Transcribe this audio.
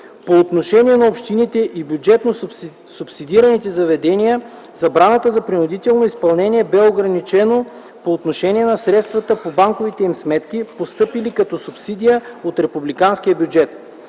По отношение на общините и бюджетно субсидираните заведения забраната за принудително изпълнение бе ограничена по отношение на средствата по банковите им сметки, постъпили като субсидия от републиканския бюджет.